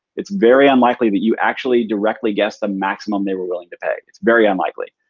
it's very unlikely that you actually directly guess the maximum they were willing to pay. it's very unlikely.